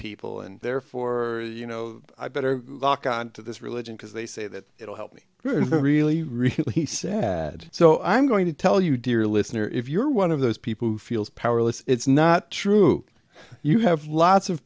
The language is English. people and therefore you know i better lock on to this religion because they say that it will help me really really sad so i'm going to tell you dear listener if you're one of those people who feels powerless it's not true you have lots of